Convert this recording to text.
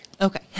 Okay